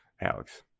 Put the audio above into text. Alex